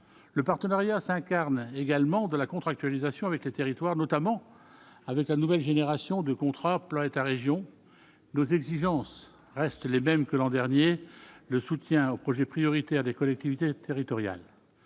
le partenariat s'incarne également de la contractualisation avec les territoires, notamment avec la nouvelle génération de contrat plan État Région nos exigences restent les mêmes que l'an dernier, le soutien au projet prioritaire des collectivités territoriales